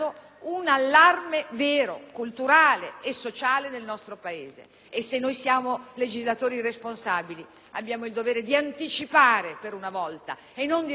abbiamo il dovere di anticipare per una volta e non di rincorrere sempre: l'inasprimento delle pene rispetto a questo tipo di violenze ormai non è più rinviabile.